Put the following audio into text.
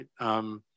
right